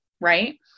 right